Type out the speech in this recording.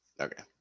Okay